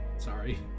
Sorry